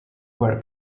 where